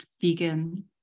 Vegan